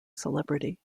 celebrity